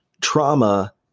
Trauma